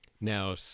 Now